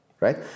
Right